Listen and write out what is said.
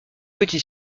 petit